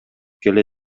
келе